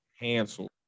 canceled